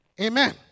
Amen